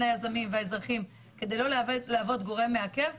היזמים והאזרחים כדי לא להוות גורם מעכב,